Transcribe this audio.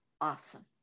awesome